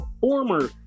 former